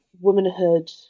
womanhood